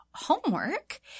homework